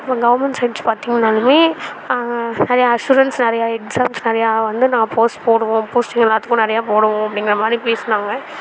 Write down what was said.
இப்போ government sites பார்த்திங்கனாலுமே நிறைய அசுரன்ஸ் நிறைய எக்ஸாம்ஸ் நிறைய வந்து நான் போஸ்ட் போடுவோம் போஸ்டிங் எல்லாத்துக்கும் நிறைய போடுவோம் அப்படிங்கிறமாரி பேசினாங்க